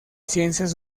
ciencias